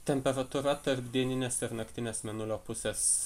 temperatūra tarp dieninės ir naktinės mėnulio pusės